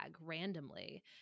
randomly